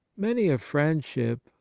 many a friendship,